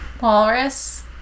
Walrus